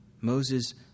Moses